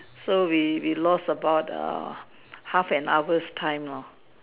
so we we lost about err half an hour time lor